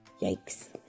Yikes